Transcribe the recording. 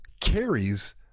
carries